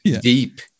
deep